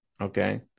okay